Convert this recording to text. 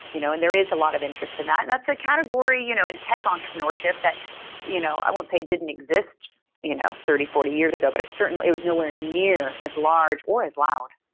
you know and there is a lot of interest in that, and that's a category you know in tech entrepreneurship that you know i won't say didn't exist you know thirty, forty years ago, but certainly it was nowhere near as large or as loud.